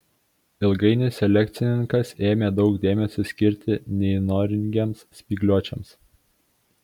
ilgainiui selekcininkas ėmė daug dėmesio skirti neįnoringiems spygliuočiams